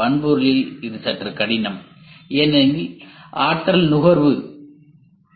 வன்பொருளில் இது சற்று கடினம் ஏனெனில் ஆற்றல் நுகர்வு